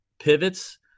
pivots